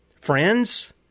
friends